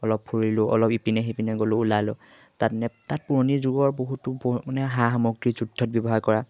অলপ ফুৰিলোঁ অলপ ইপিনে সিপিনে গ'লোঁ ওলালোঁ তাত মানে তাত পুৰণি যুগৰ বহুতো পু মানে সা সামগ্ৰী যুদ্ধত ব্যৱহাৰ কৰা